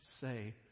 say